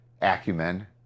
acumen